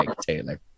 Taylor